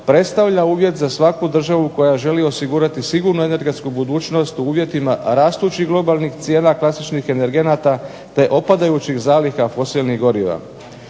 predstavlja uvjet za svaku državu koja želi osigurati sigurnu energetsku budućnost u uvjetima rastućih globalnih cijena klasičnih energenata te opadajućih zaliha fosilnih goriva.